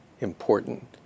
important